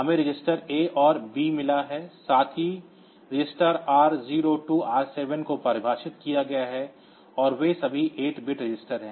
हमें register A और B मिला है साथ ही रजिस्टर R0 टू R7 को परिभाषित किया गया है और वे सभी 8 बिट रजिस्टर हैं